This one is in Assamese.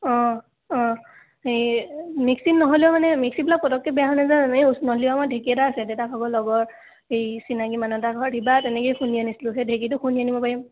অঁ অঁ এই মিক্সিত নহ'লেও মানে মিক্সিবিলাক পটককৈ বেয়া হৈ নাযায় গধূলি সময়ত ঢেঁকী এটা আছে দেউতাভাগৰ লগৰ এই চিনাকি মানুহ এটাৰ ঘৰ সেইবাৰো তেনেকৈয়ে খুন্দি আনিছিলোঁ সেই ঢেঁকীতো খুন্দি আনিব পাৰিম